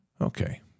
Okay